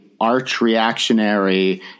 arch-reactionary